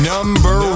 Number